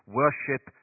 worship